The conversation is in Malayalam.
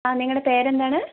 ആ നിങ്ങളുടെ പേരെന്താണ്